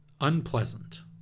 unpleasant